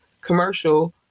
commercial